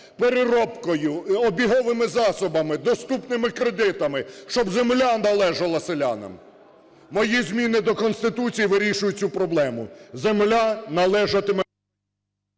переробкою, обіговими засобами, доступними кредитами, щоб земля належала селянам. Мої зміни до Конституції вирішують цю проблему. Земля належатиме…